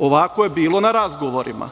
Ovako je bilo na razgovorima.